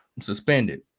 Suspended